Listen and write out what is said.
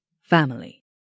family